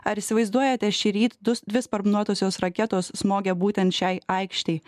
ar įsivaizduojate šįryt du dvi sparnuotosios raketos smogė būtent šiai aikštei